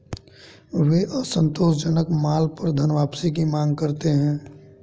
वे असंतोषजनक माल पर धनवापसी की मांग करते हैं